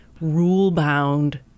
rule-bound